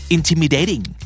Intimidating